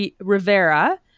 rivera